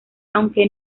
aunque